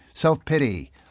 self-pity